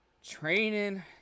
Training